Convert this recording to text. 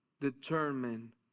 determine